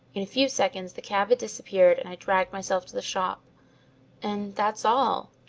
in a few seconds the cab had disappeared and i dragged myself to the shop and that's all.